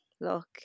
look